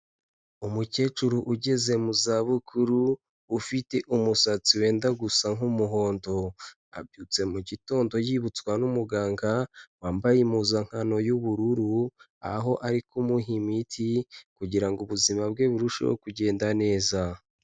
Umukecuru ugeze mu zabukuru ufite umusatsi wenda gusa nk'umuhondo, abyutse mu gitondo yibutswa n'umuganga, wambaye impuzankano y'ubururu, aho ari kumuha imiti, kugira ngo ubuzima bwe burusheho kugenda neza.